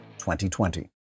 2020